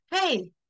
hey